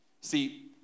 See